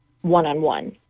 one-on-one